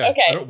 Okay